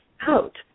out